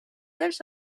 dels